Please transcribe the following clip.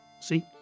See